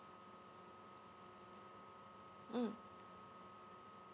mm